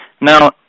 Now